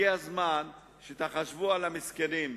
הגיע הזמן שתחשבו על המסכנים,